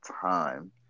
time